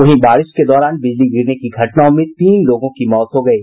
वहीं बारिश के दौरान बिजली गिरने की घटनाओं में तीन लोगों की मौत हो गयी